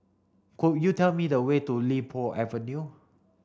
could you tell me the way to Li Po Avenue